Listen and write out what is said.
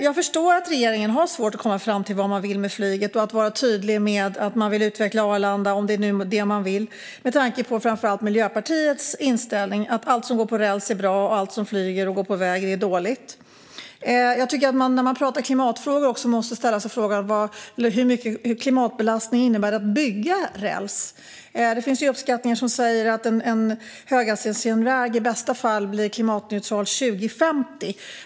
Jag förstår att regeringen har svårt att komma fram till vad man vill med flyget och att vara tydlig med att man vill utveckla Arlanda - om det nu är det man vill - med tanke på framför allt Miljöpartiets inställning att allt som går på räls är bra och allt som flyger och går på väg är dåligt. Jag tycker att man när man pratar klimatfrågor också måste ställa sig frågan hur stor klimatbelastning det innebär att bygga räls. Det finns uppskattningar som säger att en höghastighetsjärnväg i bästa fall blir klimatneutral 2050.